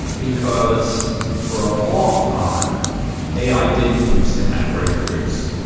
because for a long time ai didn't produce the kind of breakthroughs.